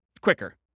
quicker